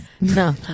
no